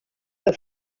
her